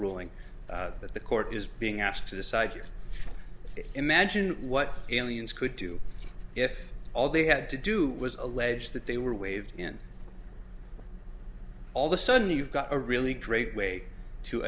ruling that the court is being asked to decide to imagine what aliens could do if all they had to do was allege that they were waved in all the sudden you've got a really great way to